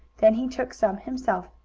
then he took some himself,